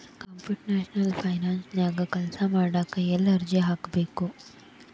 Computational ಫೈನಾನ್ಸನ್ಯಾಗ ಕೆಲ್ಸಾಮಾಡ್ಲಿಕ್ಕೆ ಎಲ್ಲೆ ಅರ್ಜಿ ಹಾಕ್ಬೇಕು?